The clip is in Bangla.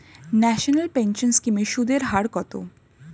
ন্যাশনাল পেনশন স্কিম এর সুদের হার কত?